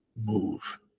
Move